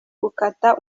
gukata